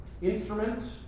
instruments